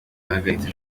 yahagaritse